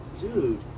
dude